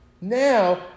now